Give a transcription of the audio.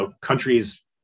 countries